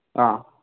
ꯑꯥ